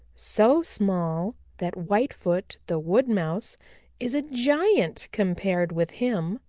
so small that whitefoot the wood mouse is a giant compared with him.